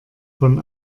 von